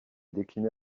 décliné